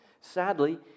Sadly